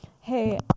hey